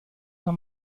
noch